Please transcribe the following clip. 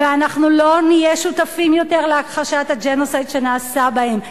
ואנחנו לא נהיה שותפים יותר להכחשת הג'נוסייד שנעשה בהם.